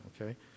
Okay